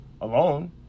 alone